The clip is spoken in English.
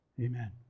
Amen